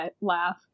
laugh